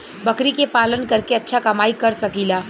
बकरी के पालन करके अच्छा कमाई कर सकीं ला?